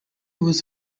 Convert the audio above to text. was